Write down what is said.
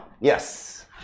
Yes